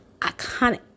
iconic